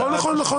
נכון.